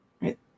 right